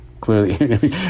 clearly